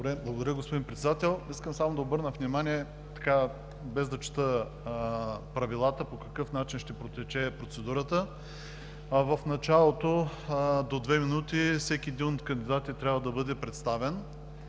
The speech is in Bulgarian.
НИКОЛОВ: Господин Председател, искам да обърна внимание, без да чета Правилата, по какъв начин ще протече процедурата. В началото до две минути всеки един от кандидатите трябва да бъде представен.